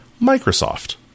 Microsoft